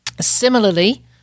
Similarly